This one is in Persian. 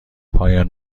پایان